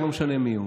לא משנה מיהו,